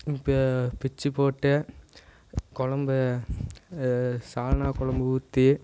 இப்போ பிச்சுபோட்டு குழம்பு சால்னா குழம்பு ஊற்றி